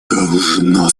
должно